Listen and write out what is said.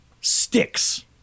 sticks